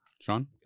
Sean